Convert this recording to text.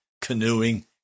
canoeing